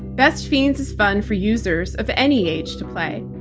best fiends is fun for users of any age to play.